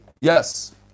Yes